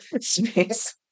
space